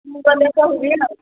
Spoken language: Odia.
ମୁଁ ଗଲେ ତ ହେବି